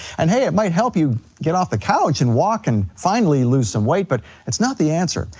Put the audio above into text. and hey, it might help you get off the couch and walk, and finally lose some weight, but it's not the answer.